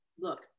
look